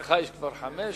לך יש כבר חמש דקות.